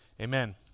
Amen